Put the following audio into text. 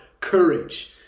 courage